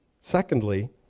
Secondly